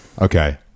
Okay